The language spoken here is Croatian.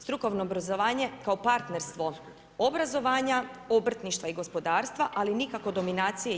Strukovno obrazovanje kao partnerstvo obrazovanja, obrtništva i gospodarstva, ali nikako dominacije jednog.